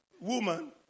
woman